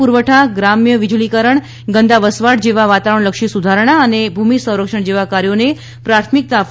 પુરવઠા ગ્રામ્ય વિજળીકરણ ગંદા વસવાટ તેમજ વાતાવરણલક્ષી સુધારણા અને ભૂમિ સંરક્ષણ જેવા કાર્યોને પ્રાથમિકતા આપવામાં આવી હતી